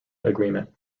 agreement